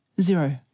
zero